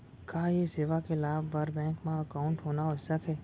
का ये सेवा के लाभ बर बैंक मा एकाउंट होना आवश्यक हे